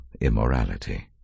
immorality